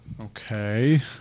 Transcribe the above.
Okay